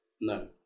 No